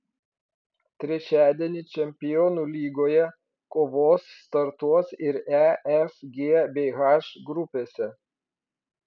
trečiadienį čempionų lygoje kovos startuos ir e f g bei h grupėse